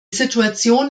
situation